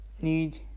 need